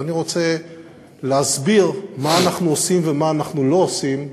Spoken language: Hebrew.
ואני רוצה להסביר מה אנחנו עושים ומה אנחנו לא עושים בנגב.